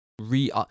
re